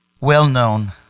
well-known